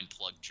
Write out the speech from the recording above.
plug